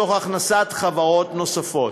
תוך הכנסת חברות נוספות.